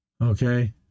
okay